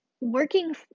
working